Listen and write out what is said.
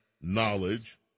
knowledge